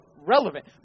relevant